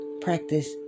Practice